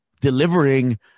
delivering